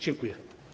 Dziękuję.